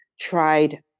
tried